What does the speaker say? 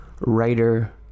writer